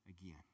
again